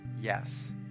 yes